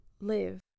live